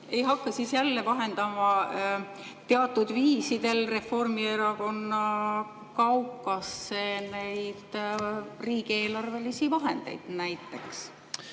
ei hakka näiteks jälle vahendama teatud viisidel Reformierakonna kaukasse riigieelarvelisi vahendeid? Aitäh!